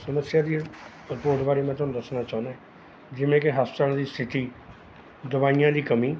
ਸਮੱਸਿਆ ਦੀਆਂ ਰਿਪੋਰਟ ਬਾਰੇ ਮੈਂ ਤੁਹਾਨੂੰ ਦੱਸਣਾ ਚਾਹੁੰਦਾ ਜਿਵੇਂ ਕਿ ਹਸਪਤਾਲ ਦੀ ਸਥਿਤੀ ਦਵਾਈਆਂ ਦੀ ਕਮੀ